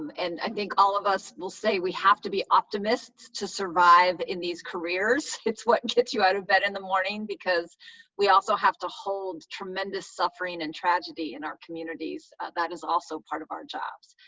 and i think all of us will say we have to be optimists to survive in these careers. it's what gets you out of bed in the morning, because we also have to hold tremendous suffering and tragedy in our communities that is also part of our jobs.